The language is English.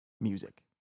music